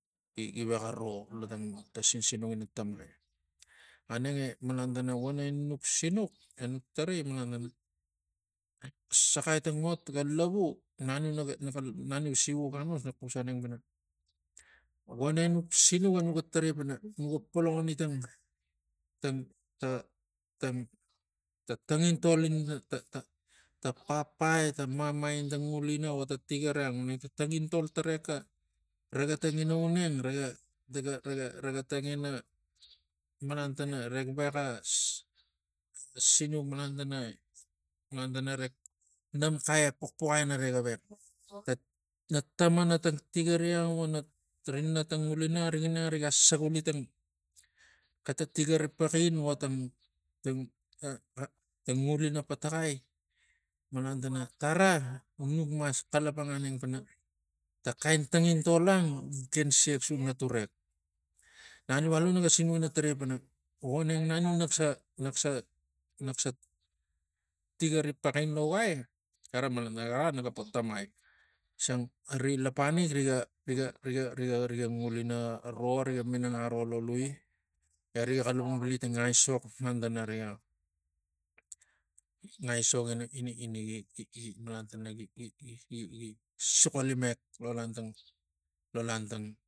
Gi- gi- gi vexa vo lo tang sinsinuk ina tamai aneng e malan tana voneng nuk sinuk enuk tarai malan tana saxai tang ot ga lavu naniu na ga naniu siguk anos nak xusaneng pana voneng nuk sinuk e nuga tarai pana nuga polongoni tang tang ta tang tangintol ina ta- ta- ta papa eta mama ina tang ngulina vo ta tigiri ang vo ta tang intol ne ga tengina uneng rega rega tengina malan tana rek vexa sinuk malan tana malan tana rek namexai epuxeupai inarek evex ta tamana tigari ang vona ri na tang ngulina rig mang niga saguli tang xeta tigari paxin vo tan tang ta ngulina pataxai malan tana tara nuk mas xalapang aneng pana ta xain tangin tol ang gi ken siax su naturek. Na niu alu naga sinuk a tarai pana voneng naniu nak so nak sa nak sa tigari paxin laugau ara malan naga po tamai xisang ri lapanik riga riga riga riga ngulina ro ringa minang aro lo lui eriga xalapang vili tang aisok malan tana niga tang aisok ina- ina- ina gi- gi malan tana gi- gi- gi soloxi mek lo lantang lo lantang